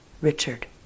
Richard